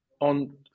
on